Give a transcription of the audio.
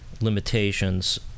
limitations